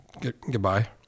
goodbye